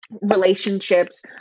relationships